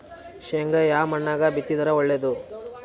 ಶೇಂಗಾ ಯಾ ಮಣ್ಣಾಗ ಬಿತ್ತಿದರ ಒಳ್ಳೇದು?